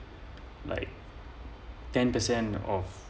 like ten percent of